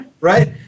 Right